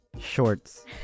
Shorts